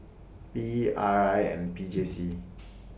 P E R I and P J C